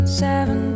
seven